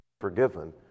forgiven